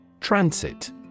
Transit